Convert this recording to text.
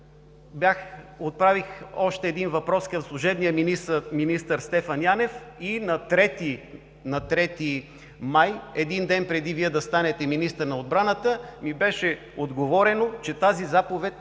отправих още един въпрос към служебния министър Стефан Янев и на 3 май, един ден преди Вие да станете министър на отбраната, ми беше отговорено, че тази заповед